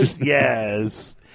yes